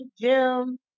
Jim